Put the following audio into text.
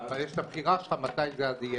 אבל יש את הבחירה שלך, אז מתי זה יהיה?